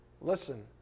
Listen